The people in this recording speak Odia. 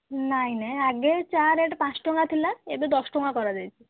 ନାହିଁ ନାହିଁ ଆଗେ ଚା' ରେଟ୍ ପାଞ୍ଚ ଟଙ୍କା ଥିଲା ଏବେ ଦଶ ଟଙ୍କା କରାଯାଇଛି